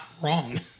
wrong